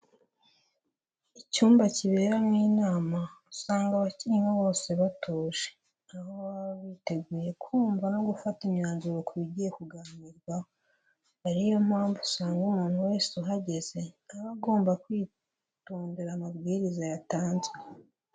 Icyumba kiberamo inama, usanga abakirimo bose batuje, aho baba biteguye kumva no gufata imyanzuro kubigiye kuganirwaho, akaba ariyo mpamvu usanga umuntu wese uhageze aba agomba kwitondera amabwiriza yatanzwe.